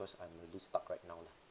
because I'm really stuck right now lah